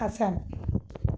Assam